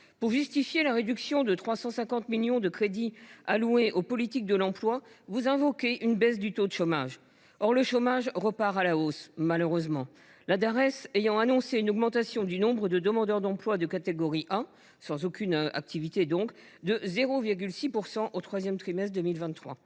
Pour justifier la réduction de 350 millions d’euros des crédits alloués aux politiques de l’emploi, vous invoquez la baisse du taux de chômage… Or celui ci repart à la hausse, malheureusement, la Dares ayant annoncé une augmentation du nombre de demandeurs d’emploi de catégorie A, donc n’ayant aucune activité, de 0,6 % au troisième trimestre de 2023.